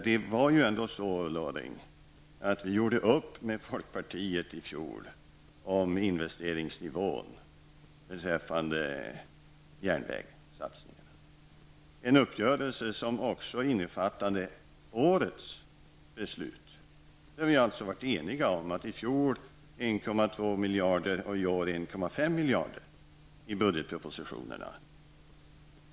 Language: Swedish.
Det var ändå så, Ulla Orring, att vi i fjol med folkpartiet gjorde upp om investeringsnivån beträffande järnvägen. Uppgörelsen innefattade även årets beslut. Vi har alltså varit eniga om 1,2 miljarder i fjol och 1,5 miljarder i år i budgetpropositionerna.